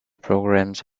programs